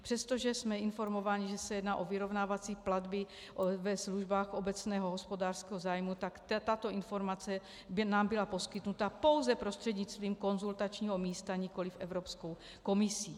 Přestože jsme informováni, že se jedná o vyrovnávací platby ve službách obecného hospodářského zájmu, tak tato informace nám byla poskytnuta pouze prostřednictvím konzultačního místa, nikoli Evropskou komisí.